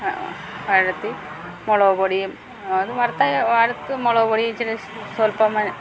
വഴറ്റി മുളക്പൊടിയും അത് വറ്ത്തായ വറുത്ത മുളക്പൊടിയും ഇച്ചരെ ശ് സൊല്പ്പം വേണേൽ